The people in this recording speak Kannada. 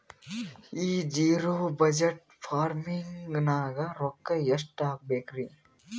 ಈ ಜಿರೊ ಬಜಟ್ ಫಾರ್ಮಿಂಗ್ ನಾಗ್ ರೊಕ್ಕ ಎಷ್ಟು ಹಾಕಬೇಕರಿ?